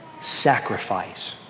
sacrifice